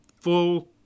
full